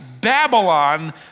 Babylon